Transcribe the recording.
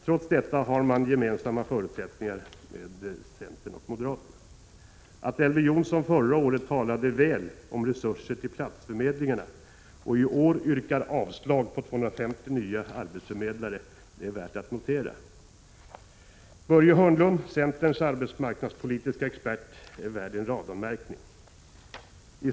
— Trots detta är förutsättningarna desamma som för centern och moderaterna. Att Elver Jonsson förra året talade väl om resurser till platsförmedlingarna och i år yrkar avslag när det gäller 250 nya arbetsförmedlare är värt att notera. Börje Hörnlund, centerns arbetsmarknadspolitiska expert, är värd en randanmärkning.